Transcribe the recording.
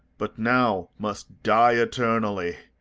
but now must die eternally.